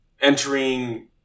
entering